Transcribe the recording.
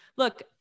Look